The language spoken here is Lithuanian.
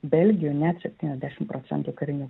belgijoj net septyniasdešim procentų karinių